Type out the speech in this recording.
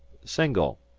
single,